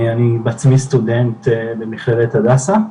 אני בעצמי סטודנט במכללת "הדסה".